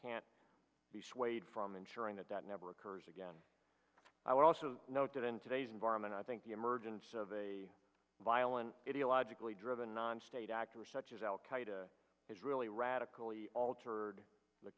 can't be swayed from ensuring that that never occurs again i would also note that in today's environment i think the emergence of a violent video logically driven non state actor such as al qaeda is really radical altered the